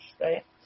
right